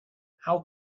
how